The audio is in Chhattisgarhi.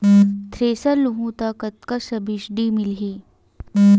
थ्रेसर लेहूं त कतका सब्सिडी मिलही?